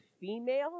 female